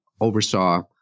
oversaw